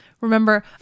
remember